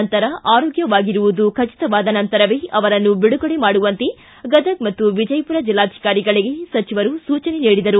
ನಂತರ ಆರೋಗ್ಟವಾಗಿರುವುದು ಖಚಿತವಾದ ನಂತರವೇ ಅವರನ್ನು ಬಿಡುಗಡೆ ಮಾಡುವಂತೆ ಗದಗ ಮತ್ತು ವಿಜಯಪುರ ಜಿಲ್ಲಾಧಿಕಾರಿಗಳಿಗೆ ಸೂಚನೆ ನೀಡಿದರು